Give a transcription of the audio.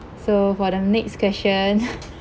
so for the next question